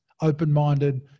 open-minded